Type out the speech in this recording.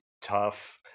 tough